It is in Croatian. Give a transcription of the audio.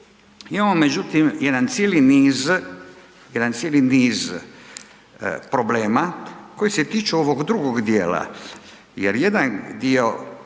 Imamo međutim jedan cijeli niz problema koji se tiču ovog drugog djela, jer jedan dio